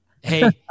Hey